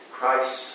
Christ